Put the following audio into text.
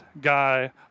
guy